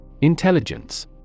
Intelligence